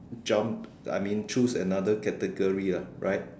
jumped I mean choose another category lah right